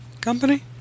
Company